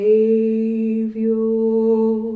Savior